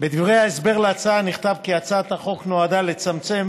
בדברי ההסבר להצעה נכתב כי הצעת החוק נועדה לצמצם